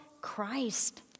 Christ